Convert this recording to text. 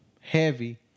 Heavy